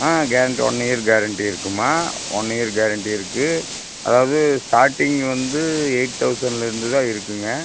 ஆ guarantee one year guarantee இருக்குமா one year guarantee இருக்கு அதாவது ஸ்டார்டிங் வந்து எய்ட் தவுசண்லேருந்து தான் இருக்குங்க